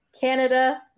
Canada